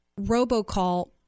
robocall